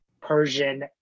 Persian